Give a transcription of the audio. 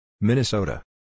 Minnesota